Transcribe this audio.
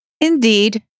Indeed